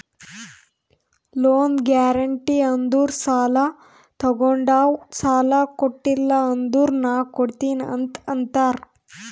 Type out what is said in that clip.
loan guarantee ಅಂದುರ್ ಸಾಲಾ ತೊಗೊಂಡಾವ್ ಸಾಲಾ ಕೊಟಿಲ್ಲ ಅಂದುರ್ ನಾ ಕೊಡ್ತೀನಿ ಅಂತ್ ಅಂತಾರ್